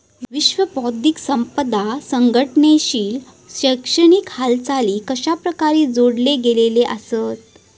विश्व बौद्धिक संपदा संघटनेशी शैक्षणिक हालचाली कशाप्रकारे जोडले गेलेले आसत?